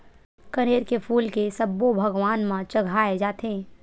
कनेर के फूल के सब्बो भगवान म चघाय जाथे